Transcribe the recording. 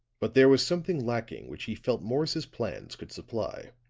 but there was something lacking which he felt morris's plans could supply